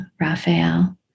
Raphael